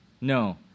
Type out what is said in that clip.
No